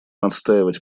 отстаивать